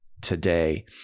today